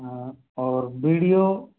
हाँ और बिडियो